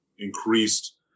increased